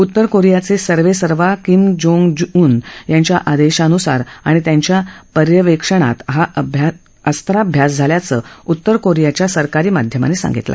उत्तर कोरियाचे सर्वेसर्वा किम जोंग ऊन यांच्या आदेशानुसार आणि त्यांच्या पर्यवेक्षणात हा अस्त्राभ्यास झाल्याचं उत्तर कोरियाच्या सरकारी माध्यमांनी सांगितलं